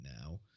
now